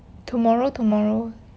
tomorrow tomorrow